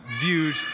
viewed